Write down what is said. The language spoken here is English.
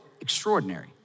extraordinary